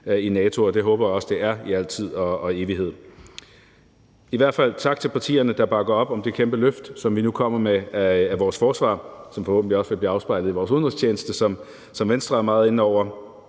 i NATO, og det håber jeg også det er i al tid og evighed. Jeg vil i hvert fald sige tak til partierne, der bakker op om det kæmpe løft, som vi nu kommer med, af vores forsvar, som forhåbentlig også vil blive afspejlet i vores udenrigstjeneste, som Venstre er meget inde på.